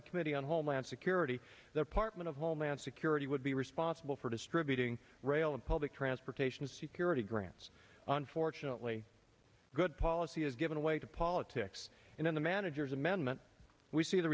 the committee on homeland security department of homeland security would be responsible for distributing rail and public transportation security grants unfortunately good policy has given way to politics and in the manager's amendment we see the